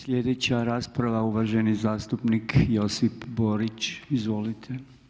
Sljedeća rasprava je uvaženi zastupnik Josip Borić, izvolite.